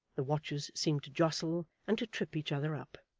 the watches seemed to jostle, and to trip each other up.